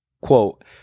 quote